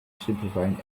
simplifying